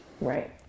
Right